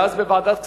ואז בוועדת כספים,